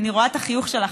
אני רואה את החיוך שלך,